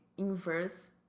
inverse